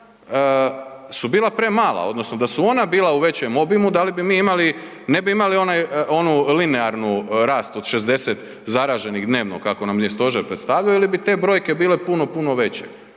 su bila premala odnosno da su ona bila u većem obimu da li bi mi imali, ne bi imali onaj, onu linearnu rast od 60 zaraženih dnevno kako nam je stožer predstavljo ili bi te brojke bile puno, puno veće?